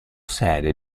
sede